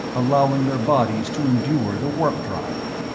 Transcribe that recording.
allowing their bodies to endure the warp-drive.